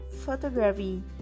Photography